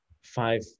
five